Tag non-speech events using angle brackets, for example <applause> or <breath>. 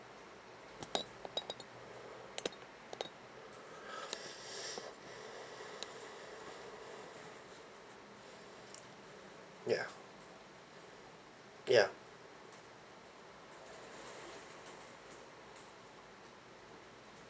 <breath> ya ya